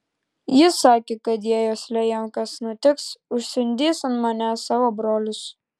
jis sakė kad jei osle jam kas nutiks užsiundys ant manęs savo brolius